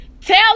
tell